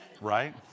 right